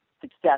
Success